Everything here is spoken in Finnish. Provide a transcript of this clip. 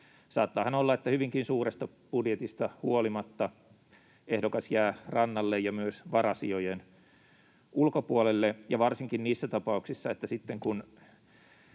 saattaahan olla, että hyvinkin suuresta budjetista huolimatta ehdokas jää rannalle ja myös varasijojen ulkopuolelle. Ja varsinkin niissä tapauksissa, kun sitten